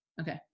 Okay